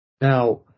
Now